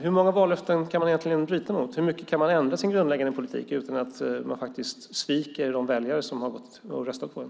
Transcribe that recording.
Hur många vallöften kan man egentligen bryta? Hur mycket kan man ändra sin grundläggande politik utan att man sviker de väljare som har gått och röstat på en?